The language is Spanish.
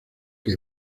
que